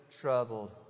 troubled